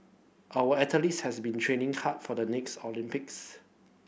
our athletes has been training hard for the next Olympics